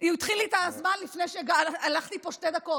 הוא התחיל לי את הזמן לפני, הלכו לי פה שתי דקות.